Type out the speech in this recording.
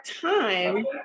time